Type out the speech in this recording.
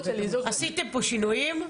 שלא כדין - עוולה אזרחית (תיקוני חקיקה),